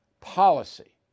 policy